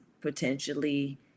potentially